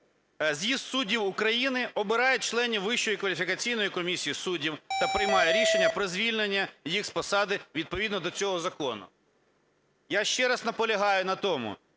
з'їзд суддів України обирає членів Вищої кваліфікаційної комісії суддів та приймає рішення про звільнення їх з посади відповідно до цього закону. Я ще раз наполягає на тому,